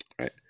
right